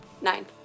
Nine